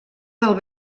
del